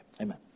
Amen